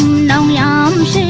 the arms